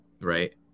Right